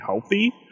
healthy